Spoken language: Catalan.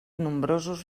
nombrosos